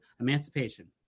emancipation